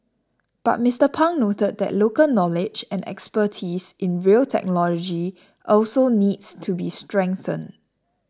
but Mr Pang noted that local knowledge and expertise in rail technology also needs to be strengthened